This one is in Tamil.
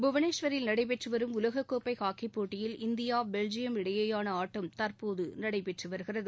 புவனேஸ்வரில் நடைபெற்று வரும் உலகக்கோப்பை ஹாக்கிப் போட்டியில் இந்தியா பெல்ஜியம் இடையேனா ஆட்டம் தற்போது நடைபெற்று வருகிறது